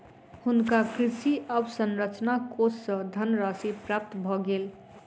हुनका कृषि अवसंरचना कोष सँ धनराशि प्राप्त भ गेल